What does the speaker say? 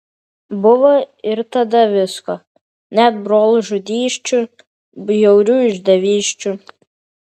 buvo ir tada visko net brolžudysčių bjaurių išdavysčių